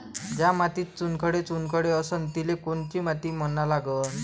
ज्या मातीत चुनखडे चुनखडे असन तिले कोनची माती म्हना लागन?